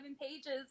pages